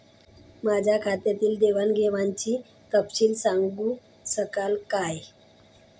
माझ्या खात्यातील देवाणघेवाणीचा तपशील सांगू शकाल काय?